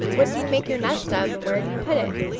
what do you make your nest of and where do you put it?